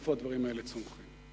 מאיפה הדברים האלה צומחים,